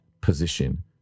position